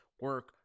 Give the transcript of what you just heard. Work